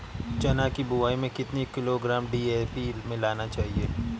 चना की बुवाई में कितनी किलोग्राम डी.ए.पी मिलाना चाहिए?